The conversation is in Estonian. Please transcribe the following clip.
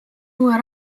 uue